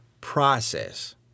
process